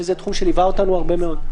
שזה תחום שליווה אותנו הרבה מאוד?